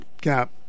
cap